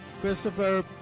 Christopher